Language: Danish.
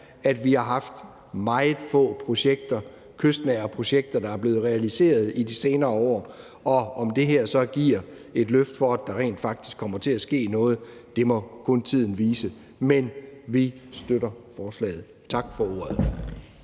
at vi har haft meget få kystnære projekter, der er blevet realiseret i de senere år, og om det her så giver et løft for, at der rent faktisk kommer til at ske noget, må kun tiden vise, men vi støtter forslaget. Tak for ordet.